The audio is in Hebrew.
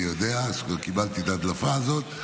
אני יודע, כבר קיבלתי את ההדלפה הזו.